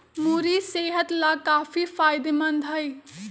मूरी सेहत लाकाफी फायदेमंद हई